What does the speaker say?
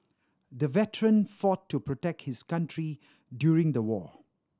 the veteran fought to protect his country during the war